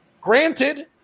granted